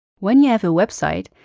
when you have a website,